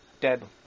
dead